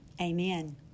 Amen